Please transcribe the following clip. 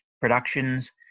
productions